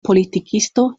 politikisto